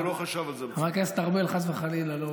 הוא לא חשב על זה, חבר הכנסת ארבל, חס וחלילה, לא